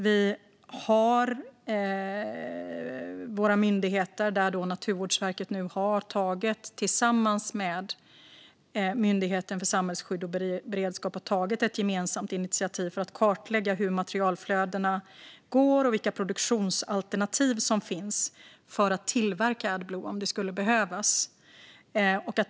Vi har våra myndigheter, där Naturvårdsverket nu tillsammans med Myndigheten för samhällsskydd och beredskap har tagit ett gemensamt initiativ för att kartlägga hur materialflödena går och vilka produktionsalternativ som finns för att tillverka Adblue om det skulle behövas.